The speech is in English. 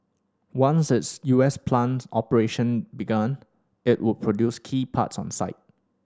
once its U S plant operation began it would produce key parts on site